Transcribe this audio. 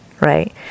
right